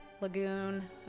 lagoon